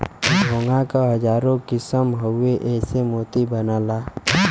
घोंघा क हजारो किसम हउवे एसे मोती बनला